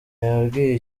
yabwiye